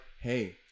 hey